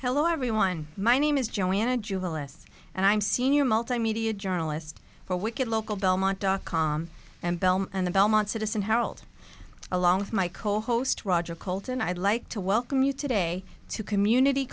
hello everyone my name is joanna juva lists and i'm senior multimedia journalist for wicked local belmont dot com and the belmont citizen herald along with my co host roger coulton i'd like to welcome you today to community